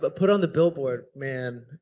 but put on the billboard. man,